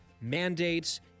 mandates